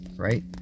right